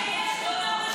ביהודה ושומרון.